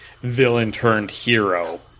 villain-turned-hero